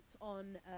on